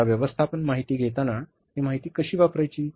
आता व्यवस्थापन माहिती घेताना ही माहिती कशी वापरायची